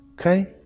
okay